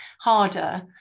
harder